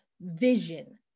vision